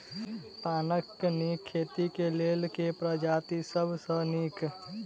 पानक नीक खेती केँ लेल केँ प्रजाति सब सऽ नीक?